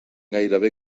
gairebé